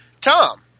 Tom